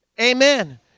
Amen